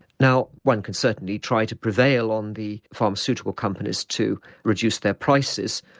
now one could certainly try to prevail on the pharmaceutical companies to reduce their prices,